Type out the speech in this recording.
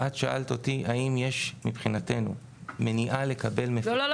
את שאלת אותי האם יש מבחינתנו מניעה לקבל -- לא,